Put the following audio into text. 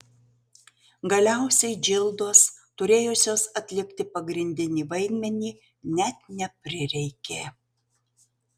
galiausiai džildos turėjusios atlikti pagrindinį vaidmenį net neprireikė